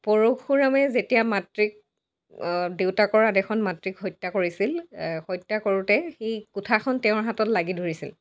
পৰশুৰামে যেতিয়া মাতৃক দেউতাকৰ আদেশত মাতৃক হত্যা কৰিছিল হত্যা কৰোঁতে সেই কুঠাৰখন তেওঁৰ হাতত লাগি ধৰিছিল